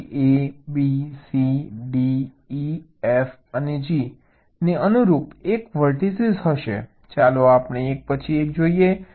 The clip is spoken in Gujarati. તેથી A B C D E F G ને અનુરૂપ એક વર્ટીસીઝ હશે ચાલો આપણે એક પછી એક જોઈએ